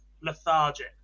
lethargic